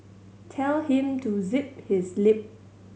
tell him to zip his lip